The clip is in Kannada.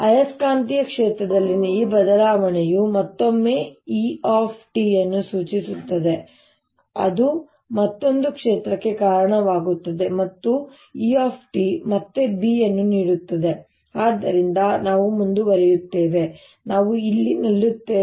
ಆಯಸ್ಕಾಂತೀಯ ಕ್ಷೇತ್ರದಲ್ಲಿನ ಈ ಬದಲಾವಣೆಯು ಮತ್ತೊಮ್ಮೆ E ಅನ್ನು ಸೂಚಿಸುತ್ತದೆ ಅದು ಮತ್ತೊಂದು ಕ್ಷೇತ್ರಕ್ಕೆ ಕಾರಣವಾಗುತ್ತದೆ ಮತ್ತು E ಮತ್ತೆ B ಅನ್ನು ನೀಡುತ್ತದೆ ಮತ್ತು ಆದ್ದರಿಂದ ನಾವು ಮುಂದುವರಿಯುತ್ತೇವೆ ನಾವು ಎಲ್ಲಿ ನಿಲ್ಲುತ್ತೇವೆ